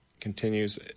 continues